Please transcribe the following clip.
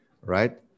right